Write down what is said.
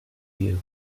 you